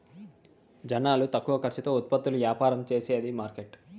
జనాలు తక్కువ ఖర్చుతో ఉత్పత్తులు యాపారం చేసేది మార్కెట్